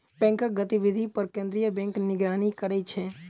बैंकक गतिविधि पर केंद्रीय बैंक निगरानी करै छै